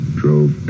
drove